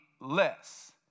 less